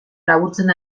laburtzen